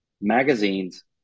magazines